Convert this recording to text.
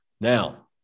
Now